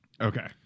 Okay